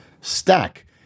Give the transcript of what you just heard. stack